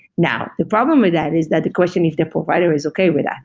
now, the problem with that is that the question if the provider is okay with that,